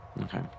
Okay